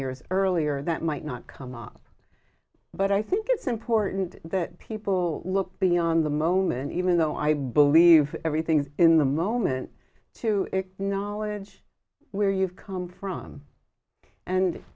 years earlier that might not come up but i think it's important that people look beyond the moment even though i believe everything's in the moment to acknowledge where you've come from and